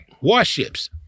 warships